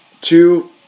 Two